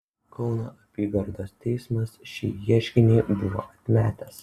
kauno apygardos teismas šį ieškinį buvo atmetęs